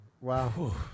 Wow